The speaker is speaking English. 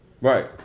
Right